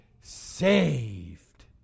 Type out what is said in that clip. saved